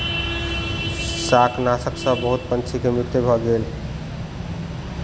शाकनाशक सॅ बहुत पंछी के मृत्यु भ गेल